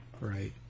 Right